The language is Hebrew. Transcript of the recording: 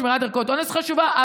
שמירת ערכות אונס חשובה,